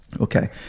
Okay